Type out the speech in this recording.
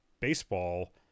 baseball